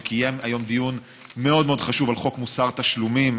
שקיים היום דיון מאוד מאוד חשוב על חוק מוסר תשלומים,